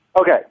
Okay